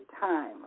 Time